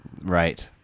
Right